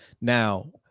Now